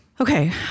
Okay